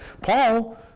Paul